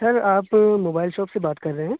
سر آپ mobile shop سے بات کر رہے ہیں